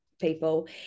people